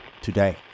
today